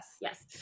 yes